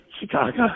Chicago